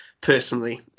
personally